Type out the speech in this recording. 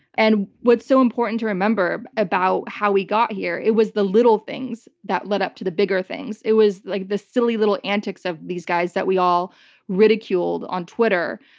and what's so important to remember about how we got here, it was the little things that led up to the bigger things. it was like the silly little antics of these guys that we all ridiculed on twitter.